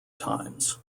times